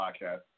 podcast